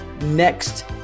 next